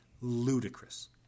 ludicrous